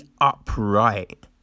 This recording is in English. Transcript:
upright